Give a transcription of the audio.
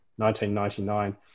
1999